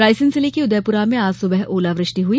रायसेन जिले के उदयपुरा में आज सुबह ओलावृष्टि हुई